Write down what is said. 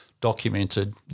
documented